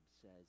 says